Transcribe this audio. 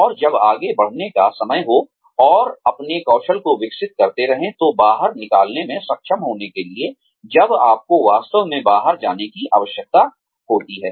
और जब आगे बढ़ने का समय हो और अपने कौशल को विकसित करते रहें तो बाहर निकलने में सक्षम होने के लिए जब आपको वास्तव में बाहर जाने की आवश्यकता होती है